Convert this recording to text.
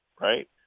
Right